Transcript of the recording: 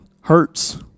hurts